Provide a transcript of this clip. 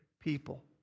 people